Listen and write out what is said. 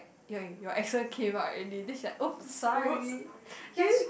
eh your accent came out already then she like !oops! sorry just